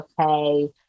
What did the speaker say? okay